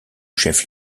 chef